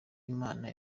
imana